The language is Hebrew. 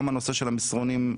גם הנושא של המסרונים,